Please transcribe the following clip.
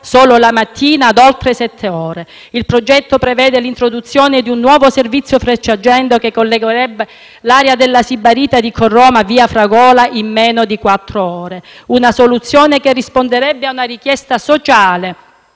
solo la mattina - ad oltre sette ore. Il progetto prevede l'introduzione di un nuovo servizio Frecciargento, che collegherebbe l'area della Sibaritide con Roma, via Afragola, in meno di quattro ore. Si tratta di una soluzione che risponderebbe ad una richiesta sociale,